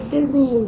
Disney